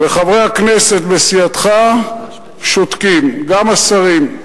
וחברי הכנסת בסיעתך שותקים, גם השרים.